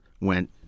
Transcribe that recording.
went